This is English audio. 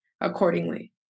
accordingly